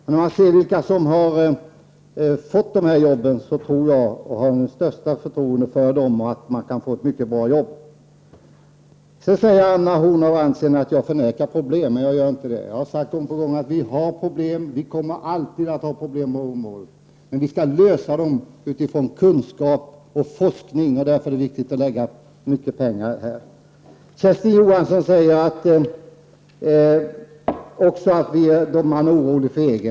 Jag har det största förtroende för dem som har fått dessa arbeten, och jag tror att de kan göra ett mycket bra arbete. Anna Horn af Rantzien säger att jag förnekar problem, men det gör jag inte. Jag har gång på gång sagt att vi har problem och att vi alltid kommer att ha problem på detta område. Men vi skall lösa dem utifrån kunskap och forskning, och därför är det viktigt att lägga mycket pengar på denna verksamhet. Kersti Johansson säger att man är orolig för EG.